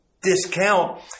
discount